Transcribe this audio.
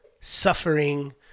suffering